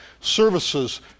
services